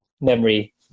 memory